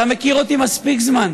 אתה מכיר אותי מספיק זמן.